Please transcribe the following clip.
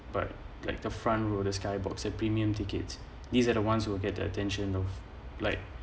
but like the front row the sky box at premium ticket these are the ones who will get attention of like